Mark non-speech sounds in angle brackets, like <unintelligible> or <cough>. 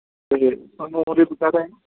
ਅਤੇ ਤੁਹਾਨੂੰ <unintelligible>